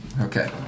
Okay